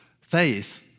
faith